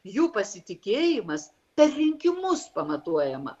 jų pasitikėjimas per rinkimus pamatuojama